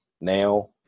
now